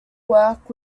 work